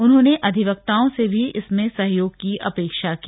उन्होंने अधिवक्ताओं से भी इसमें सहयोग की अपेक्षा की